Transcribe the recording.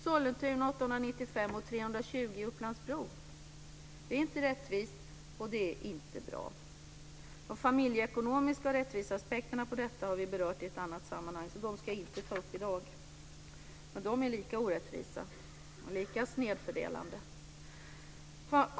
I Sollentuna blir det 895 kr och i Upplands-Bro 320 kr. Det är inte rättvist, och det är inte bra. Men de är lika orättvisa och lika snedfördelande.